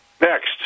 Next